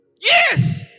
Yes